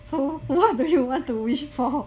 so what do you want to wish for